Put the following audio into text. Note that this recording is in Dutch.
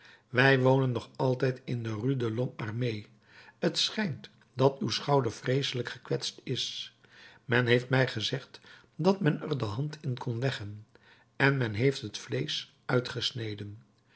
wij wonen nog altijd in de rue de lhomme armé t schijnt dat uw schouder vreeselijk gekwetst is men heeft mij gezegd dat men er de hand in kon leggen en men heeft het vleesch uitgesneden